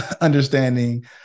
understanding